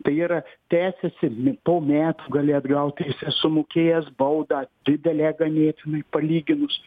tai yra tęsiasi po metų gali atgauti teises sumokėjęs baudą didelę ganėtinai palyginus